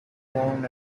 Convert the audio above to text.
born